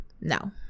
No